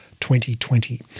2020